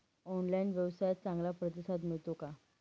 Online व्यवसायात चांगला प्रतिसाद मिळतो का?